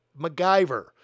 MacGyver